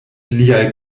liaj